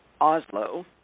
Oslo